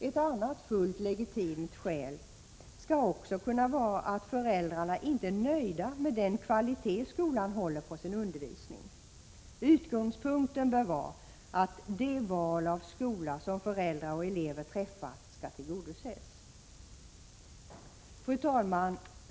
Ett annat fullt legitimt skäl kan vara att föräldrarna inte är nöjda med den kvalitet skolan håller på sin undervisning. Utgångspunkten bör vara att det val av skola som föräldrar och elever träffar skall tillgodoses. Fru talman!